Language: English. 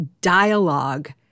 dialogue